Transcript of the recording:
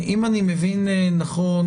אם אני מבין נכון,